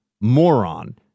moron